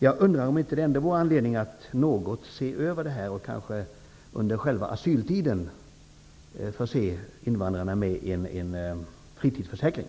Jag undrar om det ändå inte finns anledning att man något ser över detta och kanske under själva asyltiden förser invandrarna med en fritidsförsäkring.